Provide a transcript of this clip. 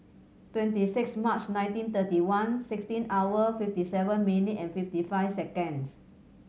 twenty six March nineteen thirty one sixteen hour fifty seven minute and fifty five seconds